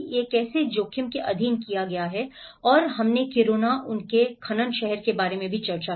यह कैसे जोखिम के अधीन किया गया है और हमने किरुना उनके खनन शहर के बारे में भी चर्चा की